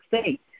State